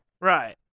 right